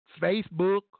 Facebook